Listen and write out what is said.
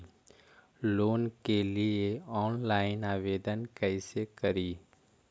Loan के लिये online आवेदन कैसे करि?